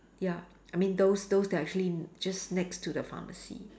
ya I mean those those that are actually just next to the pharmacy